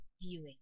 viewing